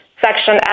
Section